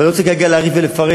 ולא צריך כרגע להרחיב ולפרט,